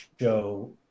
show